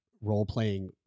role-playing